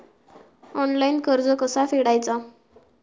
Online कर्ज कसा फेडायचा?